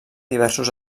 diversos